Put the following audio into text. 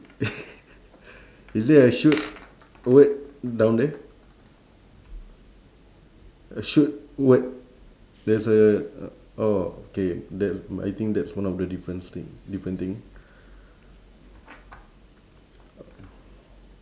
is there a shoot word down there a shoot word there's a oh K that's I think that's one of the difference thing different thing